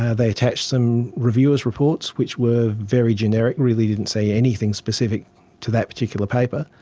they attached some reviewers' reports which were very generic, really didn't say anything specific to that particular paper.